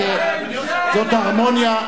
זאת הרמוניה,